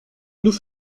nous